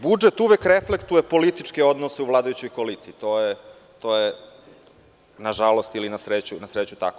Budžet uvek reflektuje političke odnose u vladajućoj koaliciji, to je, na žalost ili na sreću, tako.